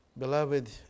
Beloved